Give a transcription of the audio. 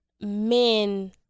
men